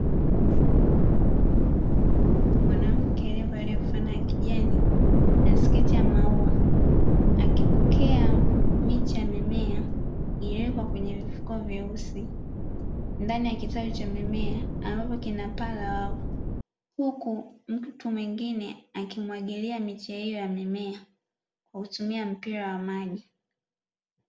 Mwanamke aliyevalia fulana ya kijani na sketi ya maua akipokea miche ya mimea iliyowekwa kwenye mifuko myeusi ndani ya kitalu cha mimea ambapo kinapaa la wavu, huku mtu mwingine akimwagilia miche hiyo ya mimea kwa kutumia mpira wa maji.